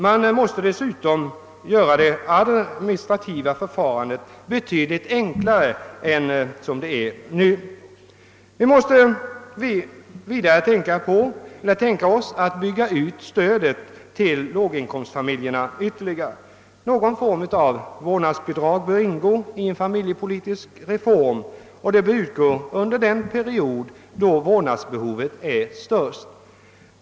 Man måste dessutom göra det administrativa förfarandet betydligt enklare än det är nu. Vi måste vidare tänka oss att bygga ut stödet till låginkomstfamiljerna ytterligare. Någon form av vårdnadsbidrag bör ingå i en familjepolitisk reform och det bör utgå under den period då vårdnadsbehovet är störst.